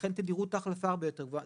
ולכן תדירות ההחלפה הרבה יותר גבוהה,